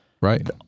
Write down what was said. Right